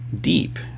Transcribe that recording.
deep